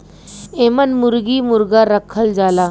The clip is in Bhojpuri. एमन मुरगी मुरगा रखल जाला